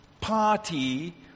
party